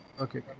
Okay